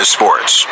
Sports